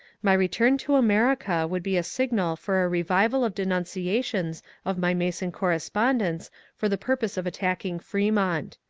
my return to america would be a signal for a revival of denunciations of my mason correspondence for the purpose of attacking fremont.